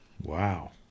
Wow